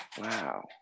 wow